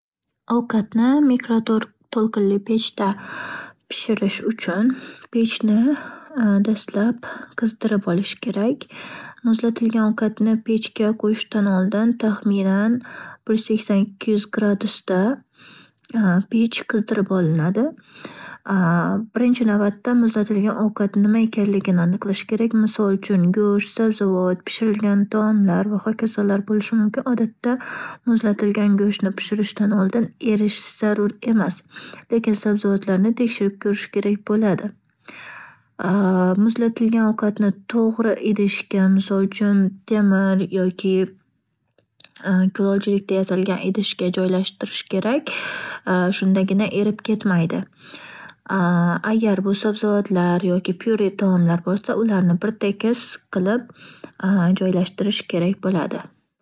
Ovqatni mikroto'lqinli pechda pishirish uchun pechni dastlab, qizdirib olish kerak. Muzlatilgan ovqatni pechga qo'yishdan oldin taxminan bir yuz sakson-ikki yuz gradusda pech qizdirib olinadi. Birinchi navbatda muzlatilgan ovqat nima ekanligini aniqlash kerak. Misol uchun, go'sht, sabzavot, pishirilgan taomlar va xokazolar bo'lishi mumkin. Odatda, muzlatilgan go'shtni pishirishdan oldin eritish zarur emas. Lekin sabzavotlarni tekshirib ko'rish kerak bo'ladi. Muzlatilgan ovqatni tog'ri idishga, misol uchun, temir yoki kulolchilikda yasalgan idishga joylashtirish kerak shundagina erib ketmaydi. Agar bu sabzavotlar yoki pyure taomlar bo'lsa ularni bir tekis qilib joylashtirish kerak bo'ladi.